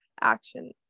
action